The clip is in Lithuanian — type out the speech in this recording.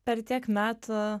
per tiek metų